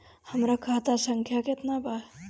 हमरा खाता संख्या केतना बा?